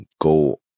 go